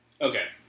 Okay